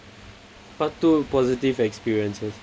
part two positive experiences